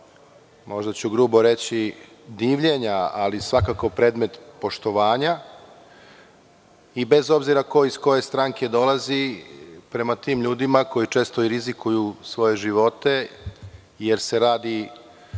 možda ću grubo reći divljenja, ali svakako predmet poštovanja i bez obzira ko iz koje stranke dolazi prema tim ljudima, koji često rizikuju svoje živote jer se radi